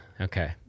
okay